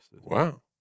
Wow